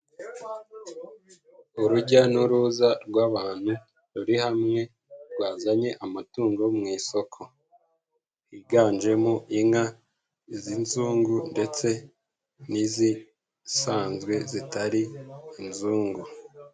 Urujya n'uruza rw'abantu ruri hamwe rwazanye amatungo mu isoko, higanjemo inka z'inzungu ndetse n'izisanzwe zitari inzungu.